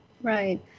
right